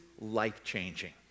life-changing